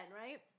right